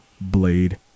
Blade